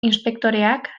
inspektoreak